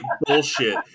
bullshit